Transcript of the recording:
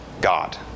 God